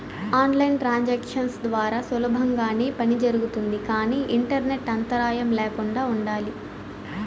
on line transactions ద్వారా సులభంగానే పని జరుగుతుంది కానీ ఇంటర్నెట్ అంతరాయం ల్యాకుండా ఉండాలి